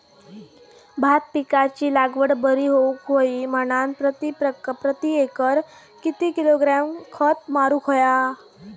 भात पिकाची लागवड बरी होऊक होई म्हणान प्रति एकर किती किलोग्रॅम खत मारुक होया?